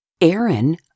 Aaron